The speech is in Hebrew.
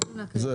זה